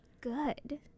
good